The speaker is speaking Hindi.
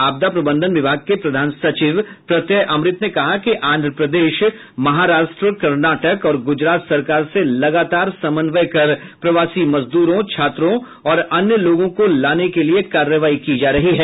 आपदा प्रबंधन विभाग के प्रधान सचिव प्रत्यय अमृत ने कहा कि आंध्र प्रदेश महाराष्ट्र कर्नाटक और गुजरात सरकार से लगातार समन्वय कर प्रवासी मजदूरों छात्रों और अन्य लोगों को लाने के लिए कार्रवाई की जा रही है